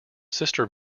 sister